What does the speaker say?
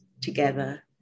together